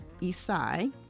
Isai